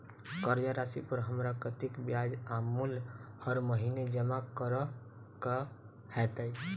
कर्जा राशि पर हमरा कत्तेक ब्याज आ मूल हर महीने जमा करऽ कऽ हेतै?